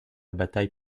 bataille